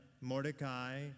Mordecai